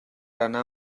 anar